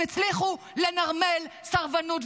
הם הצליחו לנרמל סרבנות.